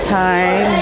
time